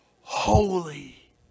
holy